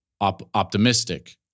optimistic